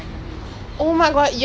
I was just about to say that ah